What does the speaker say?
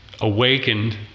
awakened